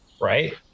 right